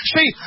See